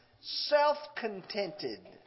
self-contented